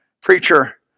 Preacher